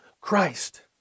Christ